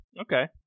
Okay